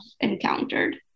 encountered